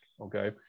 Okay